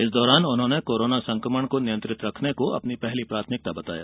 इस दौरान उन्होंने कोरोना संकमण को नियंत्रित रखने को अपनी पहली प्राथमिकता बताया